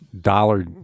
dollar